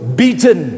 beaten